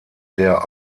der